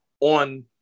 on